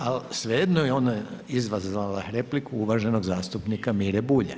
Ali svejedno je ona izazvala repliku uvaženog zastupnika Mire Bulja.